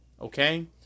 Okay